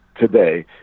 today